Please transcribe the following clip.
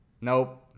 nope